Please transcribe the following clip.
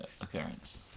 occurrence